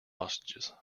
hostages